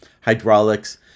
hydraulics